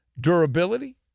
durability